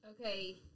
Okay